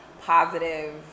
positive